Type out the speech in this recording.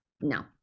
No